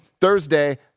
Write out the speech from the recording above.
Thursday